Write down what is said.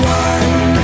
one